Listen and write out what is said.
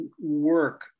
work